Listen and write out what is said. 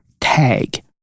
tag